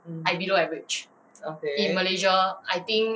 (uh huh) okay